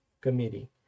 committee